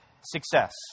success